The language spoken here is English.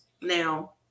now